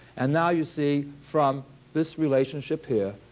and now you see from this relationship here,